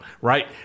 right